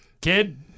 kid